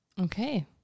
Okay